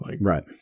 right